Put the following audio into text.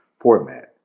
format